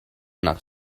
nach